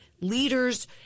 leaders